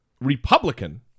Republican